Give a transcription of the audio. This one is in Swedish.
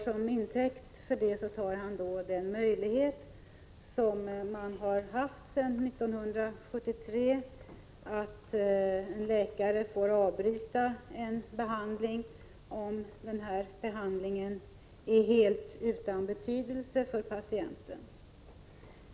Som intäkt för detta tar han att det sedan 1973 har funnits möjlighet för en läkare att avbryta en behandling, om den är helt utan betydelse för patienten.